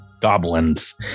goblins